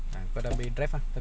ah ken~